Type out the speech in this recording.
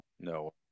No